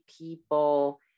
people